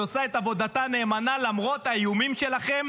שעושה את עבודתה נאמנה למרות האיומים שלכם.